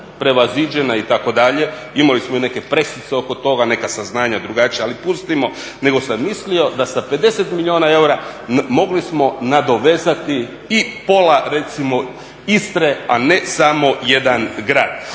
nadmašena itd. imali smo i neke presice oko toga, neka saznanja drugačija ali pustimo, nego sam mogli smo nadovezati i pola recimo Istre, a ne samo jedan grad